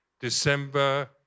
December